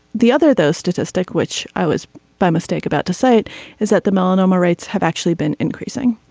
the other though statistic which i was by mistake about to say it is that the melanoma rates have actually been increasing.